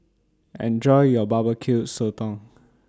Enjoy your B B Q Sotong